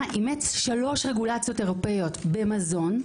אימץ שלוש רגולציות אירופאיות - במזון,